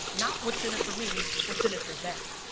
not what's in it for me, what's in it for them.